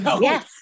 Yes